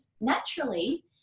naturally